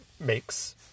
makes